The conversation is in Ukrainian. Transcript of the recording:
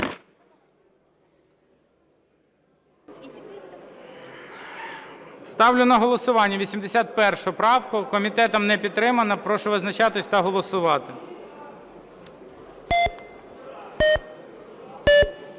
Ставлю на голосування 81 правку. Комітетом не підтримана. Прошу визначатись та голосувати.